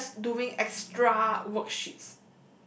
you were just doing extra worksheets